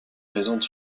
présentes